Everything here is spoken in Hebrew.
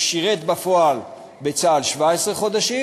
הוא שירת בפועל בצה"ל 17 חודשים,